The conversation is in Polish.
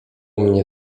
mnie